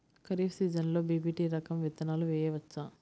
ఖరీఫ్ సీజన్లో బి.పీ.టీ రకం విత్తనాలు వేయవచ్చా?